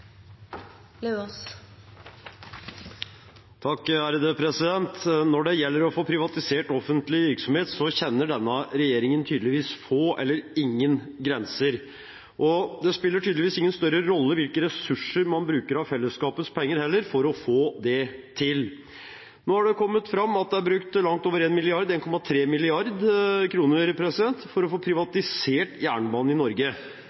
inntil 3 minutter. Når det gjelder å få privatisert offentlig virksomhet, kjenner denne regjeringen tydeligvis få eller ingen grenser. Det spiller tydeligvis heller ingen større rolle hvilke ressurser man bruker av fellesskapets penger for å få det til. Nå har det kommet fram at det er blitt brukt langt over 1 mrd. kr – 1,3 mrd. kr – for å få privatisert jernbanen i